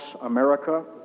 America